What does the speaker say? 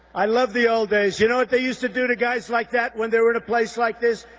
i love the old days. you know what they used to do to guys like that when they were at a place like this?